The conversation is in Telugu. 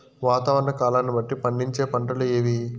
వాతావరణ కాలాన్ని బట్టి పండించే పంటలు ఏవి?